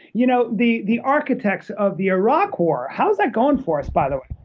you know, the the architects of the iraq war, how is that going for us by the way?